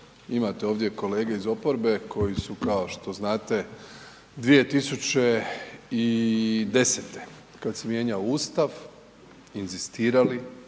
Imate ovdje kolege iz oporbe koji su kao što znate, 2010. kad se mijenjao Ustav inzistirali,